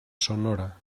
sonora